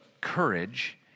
courage